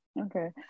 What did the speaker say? okay